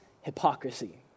hypocrisy